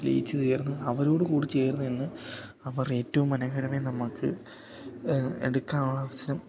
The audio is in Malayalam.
ലയിച്ച് ചേർന്ന് അവരോട് കൂടിച്ചേർന്ന് നിന്ന് അവരുടെ ഏറ്റവും മനോഹരമായി നമുക്ക് എടുക്കാനുള്ള അവസരം